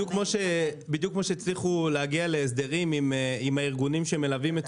בדיוק כפי שהצליחו להגיע להסדרים עם הארגונים שמלווים את